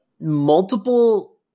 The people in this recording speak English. multiple